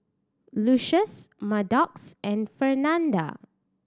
Lucious Maddox and Fernanda